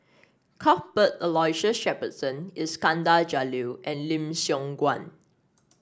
Cuthbert Aloysius Shepherdson Iskandar Jalil and Lim Siong Guan